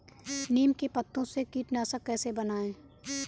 नीम के पत्तों से कीटनाशक कैसे बनाएँ?